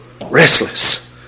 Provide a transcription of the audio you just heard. Restless